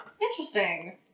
Interesting